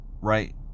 right